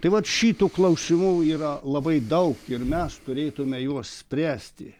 tai vat šitų klausimų yra labai daug ir mes turėtume juos spręsti